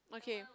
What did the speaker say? okay